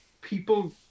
people